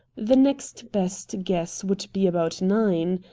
the next best guess would be about nine.